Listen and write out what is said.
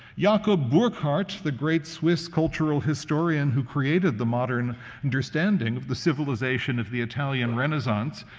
jacob burckhardt, the great swiss cultural historian who created the modern understanding of the civilization of the italian renaissance,